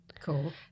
Cool